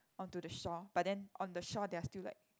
onto the shore but then on the shore they are still like